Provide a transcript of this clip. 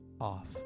off